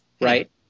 right